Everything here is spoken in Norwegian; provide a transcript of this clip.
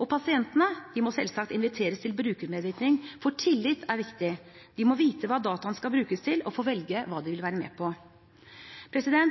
Og pasientene må selvsagt inviteres til brukermedvirkning, for tillit er viktig. De må vite hva dataene skal brukes til, og få velge hva de vil være